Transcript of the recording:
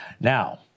Now